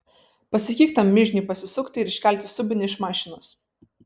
pasakyk tam mižniui pasisukti ir iškelti subinę iš mašinos